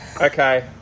Okay